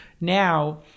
Now